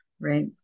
right